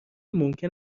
ممکن